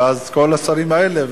ואז כל השרים האלה,